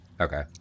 Okay